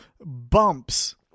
bumps